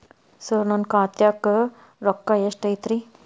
ಸರ ನನ್ನ ಖಾತ್ಯಾಗ ರೊಕ್ಕ ಎಷ್ಟು ಐತಿರಿ?